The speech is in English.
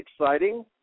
exciting